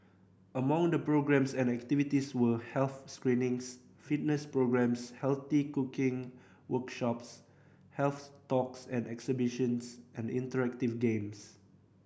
among the programmes and activities were health screenings fitness programmes healthy cooking workshops health talks and exhibitions and interactive games